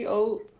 old